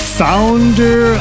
founder